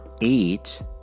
eight